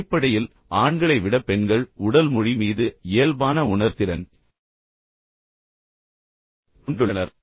அடிப்படையில் ஆண்களை விட பெண்கள் உடல் மொழி மீது இயல்பான உணர்திறன் கொண்டுள்ளனர்